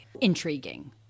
intriguing